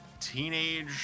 teenage